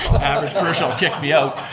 the average person will kick me out.